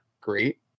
great